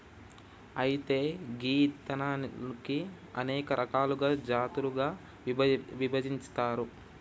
అయితే గీ ఇత్తనాలను అనేక రకాలుగా జాతులుగా విభజించారు